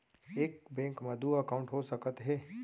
एक बैंक में दू एकाउंट हो सकत हे?